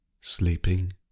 sleeping